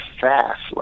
fast